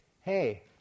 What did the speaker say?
hey